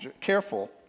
careful